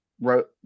wrote